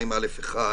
2(א)(2),